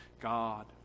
God